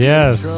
Yes